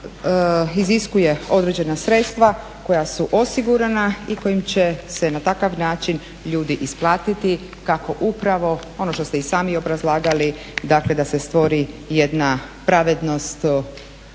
ipak iziskuje određena sredstva koja su osigurana i kojim će se na takav način ljudi isplatiti, kako upravo ono što ste i sami obrazlagali, dakle da se stvori jedna pravednost